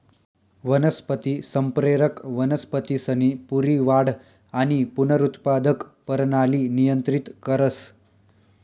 वनस्पती संप्रेरक वनस्पतीसनी पूरी वाढ आणि पुनरुत्पादक परणाली नियंत्रित करस